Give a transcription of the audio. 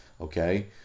okay